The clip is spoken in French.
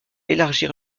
élargir